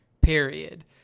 period